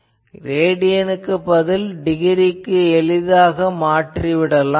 இதில் ரெடியனுக்குப் பதில் டிகிரிக்கு எளிதாக மாற்றிட முடியும்